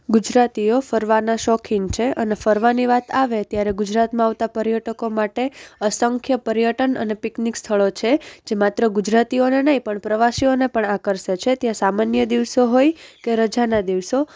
ગુજરાતીઓ ફરવાના શોખીન છે અને ફરવાની વાત આવે ત્યારે ગુજરાતમાં આવતા પર્યટકો માટે અસંખ્ય પર્યટન અને પિકનિક સ્થળો છે જે માત્ર ગુજરાતીઓને નહીં પણ પ્રવાસીઓને પણ આકર્ષે છે તે સામાન્ય દિવસો હોય કે રજાના દિવસો